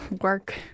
work